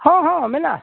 ᱦᱮᱸ ᱦᱮᱸ ᱢᱮᱱᱟᱜᱼᱟ